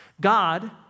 God